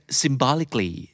symbolically